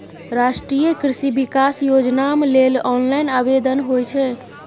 राष्ट्रीय कृषि विकास योजनाम लेल ऑनलाइन आवेदन होए छै